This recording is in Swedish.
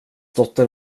dotter